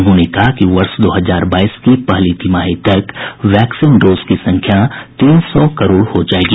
उन्होंने कहा कि वर्ष दो हजार बाईस की पहली तिमाही तक वैक्सीन डोज की संख्या तीन सौ करोड़ हो जाएगी